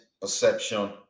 perception